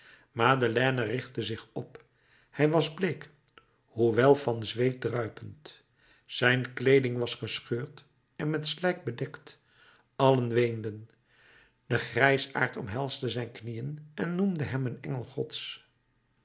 madeleine richtte zich op hij was bleek hoewel van zweet druipend zijn kleeding was gescheurd en met slijk bedekt allen weenden de grijsaard omhelsde zijn knieën en noemde hem een engel gods